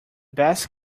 best